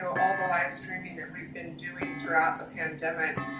all the live streaming that we've been doing throughout the pandemic,